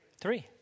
Three